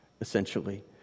essentially